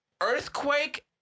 earthquake